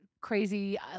crazy